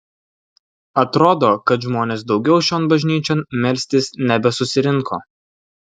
atrodo kad žmonės daugiau šion bažnyčion melstis nebesusirinko